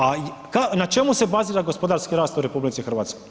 A na čemu se bazira gospodarski rast u RH?